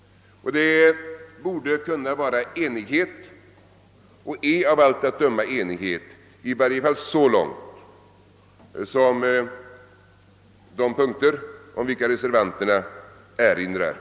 Det borde kunna vara enighet och är av allt att döma enighet i varje fall på de punkter som reservanterna erinrar om.